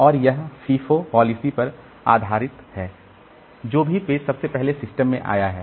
और यह FIFO policy पर आधारित है जो भी पेज सबसे पहले सिस्टम में आया है